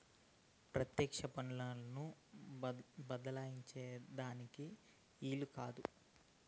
పెత్యెక్ష పన్నులను బద్దలాయించే దానికి ఈలు కాదు